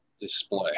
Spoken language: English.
display